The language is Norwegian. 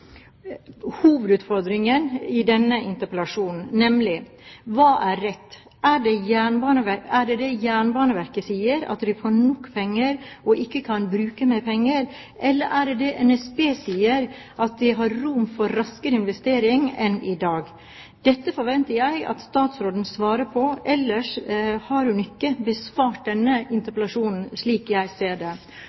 hovedutfordringen i denne interpellasjonen, nemlig: Hva er rett – er det det Jernbaneverket sier, at de får nok penger og ikke kan bruke mer penger, eller er det det NSB sier, at de har rom for raskere investering enn i dag? Dette forventer jeg at statsråden svarer på, ellers har hun ikke besvart denne interpellasjonen, slik jeg ser det.